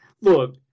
look